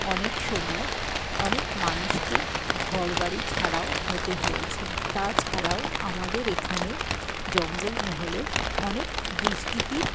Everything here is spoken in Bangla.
অনেক সময় অনেক মানুষকে ঘর বাড়ি ছাড়াও হতে হয়েছে তাছাড়াও আমাদের এখানে জঙ্গলমহলে অনেক দুস্কৃতির